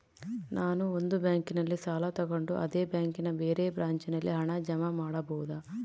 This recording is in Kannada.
ನಾನು ಒಂದು ಬ್ಯಾಂಕಿನಲ್ಲಿ ಸಾಲ ತಗೊಂಡು ಅದೇ ಬ್ಯಾಂಕಿನ ಬೇರೆ ಬ್ರಾಂಚಿನಲ್ಲಿ ಹಣ ಜಮಾ ಮಾಡಬೋದ?